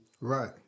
Right